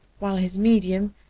while his medium,